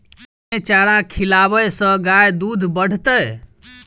केँ चारा खिलाबै सँ गाय दुध बढ़तै?